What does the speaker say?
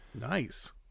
Nice